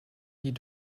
die